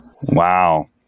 Wow